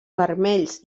vermells